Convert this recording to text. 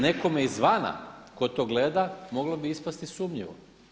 Nekome izvana tko to gleda moglo bi ispasti sumnjivo.